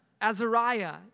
Azariah